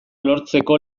lortzeko